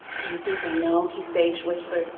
do you think they know he staged whisper?